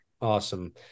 Awesome